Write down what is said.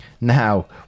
Now